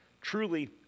Truly